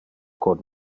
con